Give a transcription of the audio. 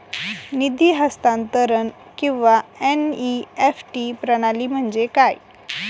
निधी हस्तांतरण किंवा एन.ई.एफ.टी प्रणाली म्हणजे काय?